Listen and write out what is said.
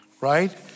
right